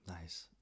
Nice